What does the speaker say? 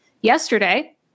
yesterday